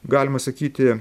galima sakyti